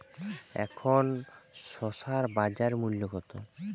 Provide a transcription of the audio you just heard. এখন শসার বাজার মূল্য কত?